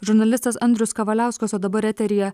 žurnalistas andrius kavaliauskas o dabar eteryje